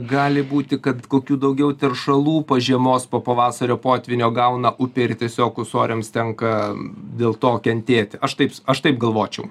gali būti kad kokių daugiau teršalų po žiemos po pavasario potvynio gauna upė ir tiesiog ūsoriams tenka dėl to kentėti aš taip s aš taip galvočiau